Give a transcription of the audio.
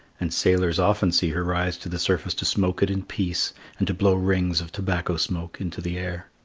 and sailors often see her rise to the surface to smoke it in peace and to blow rings of tobacco smoke into the air.